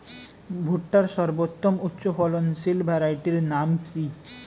ভুট্টার সর্বোত্তম উচ্চফলনশীল ভ্যারাইটির নাম কি?